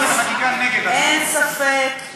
אין ספק,